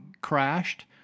crashed